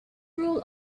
rule